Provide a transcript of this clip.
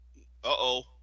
Uh-oh